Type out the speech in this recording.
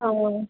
ହଉ